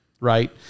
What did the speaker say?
right